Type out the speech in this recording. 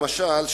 למשל,